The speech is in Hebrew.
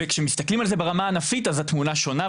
וכשמסתכלים על זה ברמה הענפית אז התמונה שונה,